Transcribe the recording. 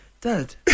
Dad